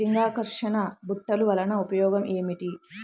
లింగాకర్షక బుట్టలు వలన ఉపయోగం ఏమిటి?